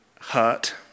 hurt